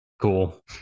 Cool